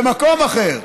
במקום אחר.